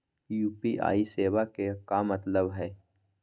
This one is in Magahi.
यू.पी.आई सेवा के का मतलब है?